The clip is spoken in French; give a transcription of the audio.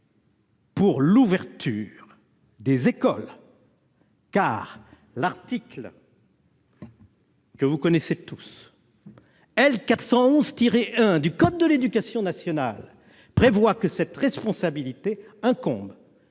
pour l'ouverture des écoles, car l'article L. 411-1 du code de l'éducation nationale prévoit que cette responsabilité incombe